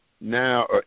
now